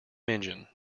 engine